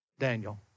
Daniel